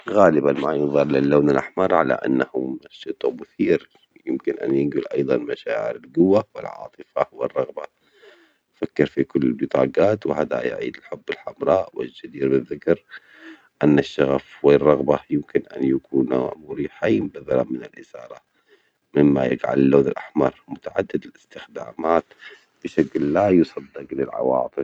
غالبًا ما يظهر اللون الأحمر على أنه منشط ومثير، ويمكن أن ينجل أيضًا مشاعر الجوة والعاطفة والرغبة، فكر في كل البطاجات وهدايا عيد الحب الحمراء، والجدير بالذكر أن الشغف والرغبة يمكن أن يكونا مريحين بدلا من الإثارة، مما يجعل اللون الأحمر متعدد الاستخدامات بشكل لا يصدج للعواطف.